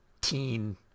teen